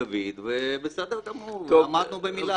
בסדר גמור, עמדנו במילה.